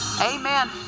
Amen